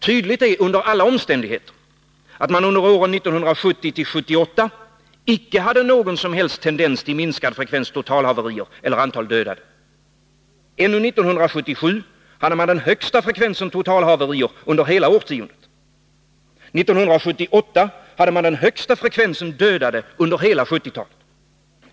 Tydligt är under alla omständigheter att det under åren 1970-1978 icke förekom någon som helst tendens till minskad frekvens av totalhaverier eller dödsolyckor. Ännu 1977 hade man den högsta frekvensen av totalhaverier under hela årtiondet. Är 1978 hade man den högsta frekvensen dödade under hela 1970-talet.